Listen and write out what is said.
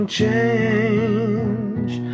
change